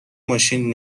ماشین